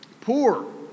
poor